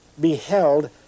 beheld